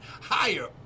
higher